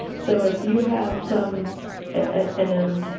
so if you have some and i'm,